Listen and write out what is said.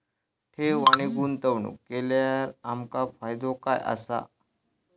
ठेव आणि गुंतवणूक केल्यार आमका फायदो काय आसा?